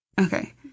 Okay